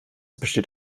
besteht